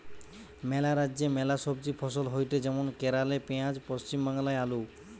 ম্যালা রাজ্যে ম্যালা সবজি ফসল হয়টে যেমন কেরালে পেঁয়াজ, পশ্চিম বাংলায় আলু